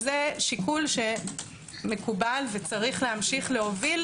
זה שיקול שמקובל ויש להמשיך להוביל